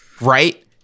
right